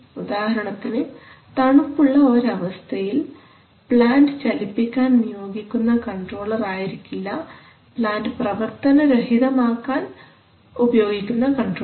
ഉദാഹരണത്തിന് തണുപ്പുള്ള ഒരു അവസ്ഥയിൽ പ്ലാൻറ് ചലിപ്പിക്കാൻ ഉപയോഗിക്കുന്ന കൺട്രോളർ ആയിരിക്കില്ല പ്ലാൻറ് പ്രവർത്തനരഹിതമാക്കാൻ ഉപയോഗിക്കുന്ന കൺട്രോളർ